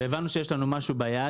הבנו שיש לנו משהו ביד